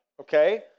okay